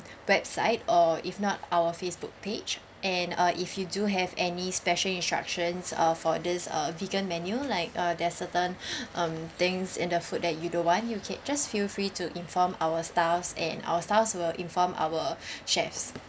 website or if not our facebook page and uh if you do have any special instructions uh for this uh vegan menu like uh there're certain um things in the food that you don't want you can just feel free to inform our staffs and our staffs will inform our chefs